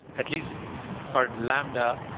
at least for lambda,